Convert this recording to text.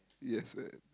yes and